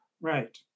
Right